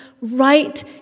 right